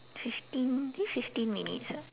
fifteen think fifteen minutes ah